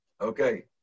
Okay